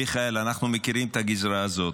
מיכאל, אנחנו מכירים את הגזרה הזאת.